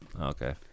Okay